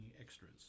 Extras